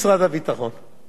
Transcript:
הייתי בטוח שכן,